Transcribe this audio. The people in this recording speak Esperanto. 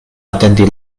atendi